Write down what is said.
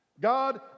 God